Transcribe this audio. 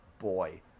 boy